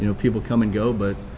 you know people come and go, but